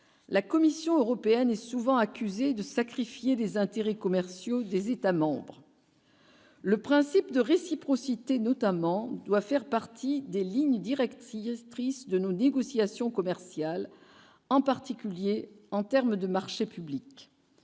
la Commission européenne est souvent accusé de sacrifier les intérêts commerciaux des États-membres. Le principe de réciprocité notamment doit faire partie des lignes directrices, directrice de nos négociations commerciales, en particulier en terme de marchés publics,